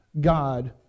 God